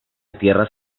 tierras